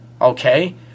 okay